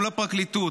מול הפרקליטות,